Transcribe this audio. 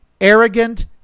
arrogant